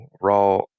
Raw